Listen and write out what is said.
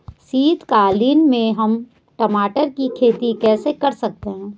शीतकालीन में हम टमाटर की खेती कैसे कर सकते हैं?